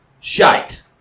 Shite